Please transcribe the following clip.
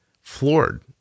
floored